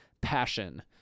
passion